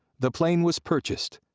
the plane was purchased,